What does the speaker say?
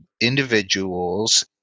individuals